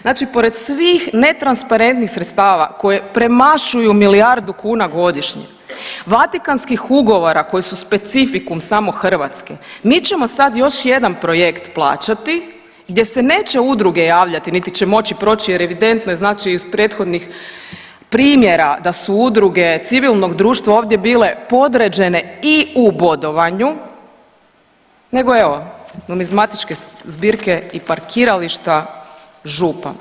Znači pored svih netransparentnih sredstava koje premašuju milijardu kuna godišnje Vatikanskih ugovora koji su specifikum samo Hrvatske, mi ćemo sad još jedan projekt plaćati gdje se neće udruge javljati, niti će moći proći jer evidentno je znači iz prethodnih primjera da su udruge civilnog društva ovdje bile podređene i u bodovanju, nego evo numizmatičke zbirke i parkirališta župa.